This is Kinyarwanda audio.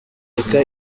gatolika